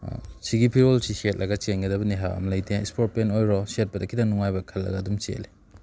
ꯁꯤꯒꯤ ꯐꯤꯔꯣꯜꯁꯤ ꯁꯦꯠꯂꯒ ꯆꯦꯟꯒꯗꯕꯅꯤ ꯍꯥꯏꯕ ꯑꯃ ꯂꯩꯇꯦ ꯏꯁꯄꯣꯔꯠ ꯄꯦꯟ ꯑꯣꯏꯔꯣ ꯁꯦꯠꯄꯗ ꯈꯤꯇꯪ ꯅꯨꯡꯉꯥꯏꯕ ꯈꯜꯂꯒ ꯑꯗꯨꯝ ꯁꯦꯠꯂꯦ